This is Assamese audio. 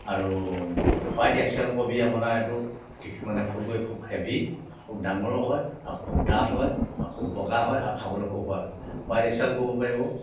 আৰু হোৱাইট এক্সেল কবি মানে আপোনাৰ এইটো কৃষি মানে ফুলকবি হেভী ডাঙৰো হয় আৰু খুব ডাঠ হয় আৰু খুব বগা হয় আৰু খাবলৈ খুব সোৱাদ হয় হোৱাইট এক্সেল কৰিব পাৰিব